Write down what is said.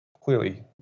clearly